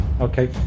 okay